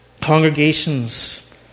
Congregations